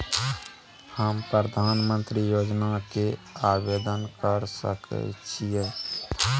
हम प्रधानमंत्री योजना के आवेदन कर सके छीये?